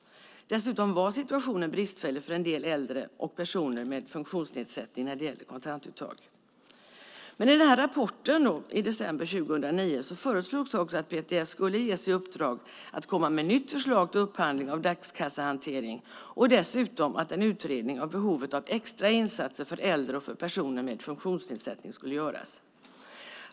Dessutom var situationen när det gällde kontantuttag bristfällig för en del äldre och personer med funktionsnedsättning. I rapporten från december 2009 föreslogs också att PTS skulle ges i uppdrag att komma med nytt förslag till upphandling av dagskassehantering och att dessutom en utredning av behovet av extrainsatser för äldre och personer med funktionsnedsättning skulle göras.